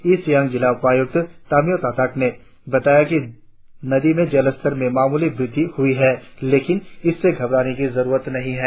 east Siang जिले के उपायुक्त तामियो तातक ने बताया कि नदी के जलस्तर में मामूली वृद्धि हुई है लेकिन इससे घबराने की जरुरत नहीं है